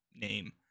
name